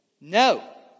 No